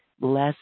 less